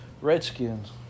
Redskins